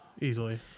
easily